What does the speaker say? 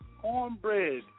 cornbread